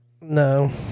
no